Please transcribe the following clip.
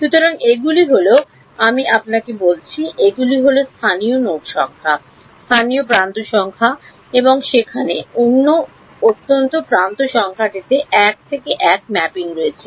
সুতরাং এগুলি হল আমি আপনাকে বলেছি এগুলি হল স্থানীয় নোড সংখ্যা স্থানীয় প্রান্ত সংখ্যা এবং সেখানে অনন্য প্রান্ত সংখ্যাটিতে 1 থেকে 1 ম্যাপিং রয়েছে